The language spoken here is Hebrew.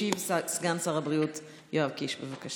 ישיב סגן שר הבריאות יואב קיש, בבקשה.